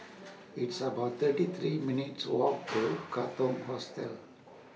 It's about thirty three minutes' Walk to Katong Hostel